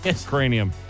cranium